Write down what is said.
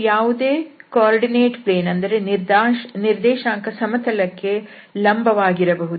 ಇದು ಯಾವುದೇ ನಿರ್ದೇಶಾಂಕ ಸಮತಲ ಕ್ಕೆ ಲಂಬ ವಾಗಿರಬಹುದು